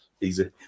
Easy